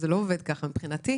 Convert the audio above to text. אומנם